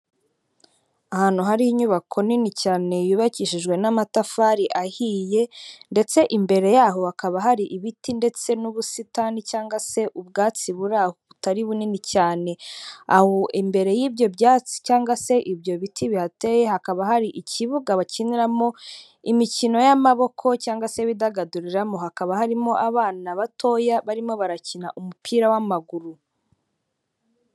Ahantu hari inyubako nini cyane yubakishijwe n'amatafari ahiye ndetse imbere yaho hakaba hari ibiti ndetse n'ubusitani cyangwa se ubwatsi buri aho butari bunini cyane, aho imbere y'ibyo byatsi cyangwa se ibyo biti bihateye hakaba hari ikibuga bakiniramo imikino y'amaboko cyangwa se bidagaduriramo, hakaba harimo abana batoya barimo barakina umupira w'amaguru.